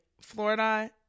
Florida